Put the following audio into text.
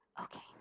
Okay